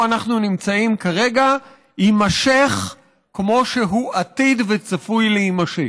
אנחנו נמצאים כרגע יימשך כמו שהוא עתיד וצפוי להימשך.